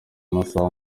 amasaha